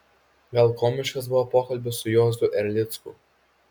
gal komiškas buvo pokalbis su juozu erlicku